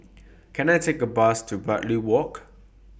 Can I Take A Bus to Bartley Walk